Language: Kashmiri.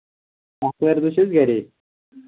آتھوارِ دۄہ چھِ أسۍ گرے